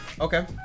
Okay